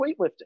weightlifting